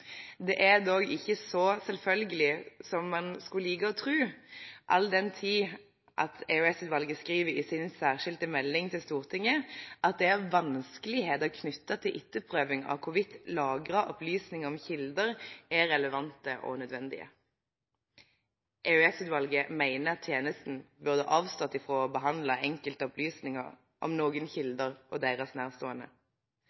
Det er dog ikke så selvfølgelig som man liker å tro, all den tid EOS-utvalget skriver i sin særskilte melding til Stortinget at det er vanskeligheter knyttet til etterprøving av hvorvidt lagrede opplysninger om kilder er relevante og nødvendige. EOS-utvalget mener at tjenesten burde avstått fra å behandle enkelte opplysninger om noen